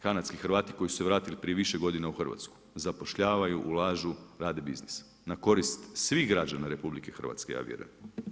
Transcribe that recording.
Kanadski Hrvati koji su se vratili prije više godina u Hrvatsku zapošljavaju, ulažu, rade biznis na korist svih građana RH ja vjerujem.